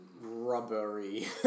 rubbery